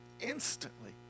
instantly